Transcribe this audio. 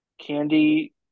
Candy